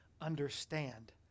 understand